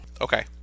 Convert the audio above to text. Okay